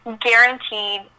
guaranteed